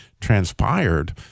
transpired